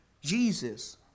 Jesus